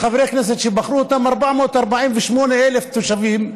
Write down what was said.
חברי כנסת שבחרו אותם 448,000 תושבים,